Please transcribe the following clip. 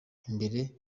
imbere